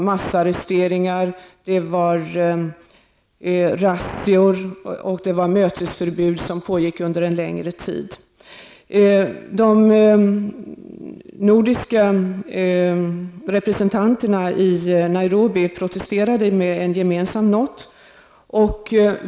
Det förekom massarresteringar och razzior. Ett mötesförbud infördes, som gällde under en längre tid. De nordiska representanterna i Nairobi protesterade i en gemensam note.